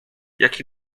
jak